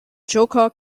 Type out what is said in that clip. joker